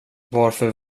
varför